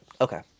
Okay